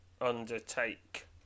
undertake